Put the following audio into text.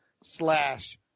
slash